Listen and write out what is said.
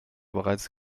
bereits